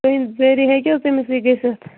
تُہٕنٛس ذریعہ ہیٚکہ حظ تٔمس یہِ گٔژھِتھ